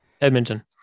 Edmonton